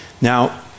Now